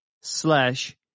slash